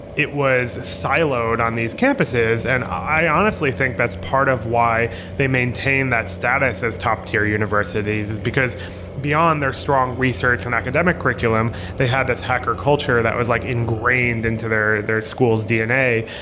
it was siloed on these campuses and i honestly think that's part of why they maintain that status as top-tier universities, is because beyond their strong research and academic curriculum, they had this hacker culture that was like ingrained into their their school's dna.